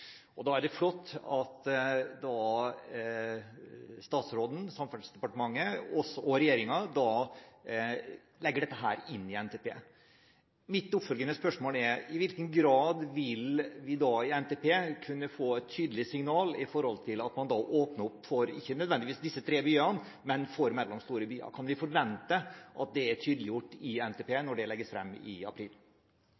og da er det flott at statsråden, Samferdselsdepartementet og regjeringen legger dette inn i NTP. Mitt oppfølgende spørsmål er: I hvilken grad vil vi da i NTP kunne få et tydelig signal når det gjelder at man åpner opp, ikke nødvendigvis for disse tre byene, men for mellomstore byer? Kan vi forvente at det er tydeliggjort i NTP